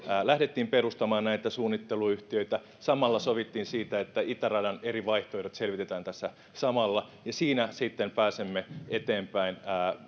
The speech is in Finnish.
lähdettiin perustamaan näitä suunnitteluyhtiöitä samalla sovittiin siitä että itäradan eri vaihtoehdot selvitetään tässä samalla siinä pääsemme sitten eteenpäin